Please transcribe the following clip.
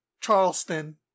Charleston